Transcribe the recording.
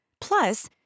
Plus